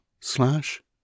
slash